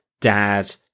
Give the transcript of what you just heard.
dad